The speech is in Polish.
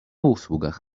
usługach